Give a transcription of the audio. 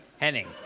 Henning